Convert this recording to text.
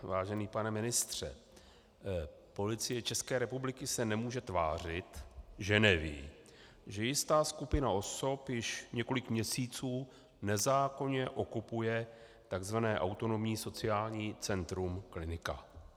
Vážený pane ministře, Policie České republiky se nemůže tvářit, že neví, že jistá skupina osob již několik měsíců nezákonně okupuje tak zvané Autonomní sociální centrum Klinika.